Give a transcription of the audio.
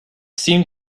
seemed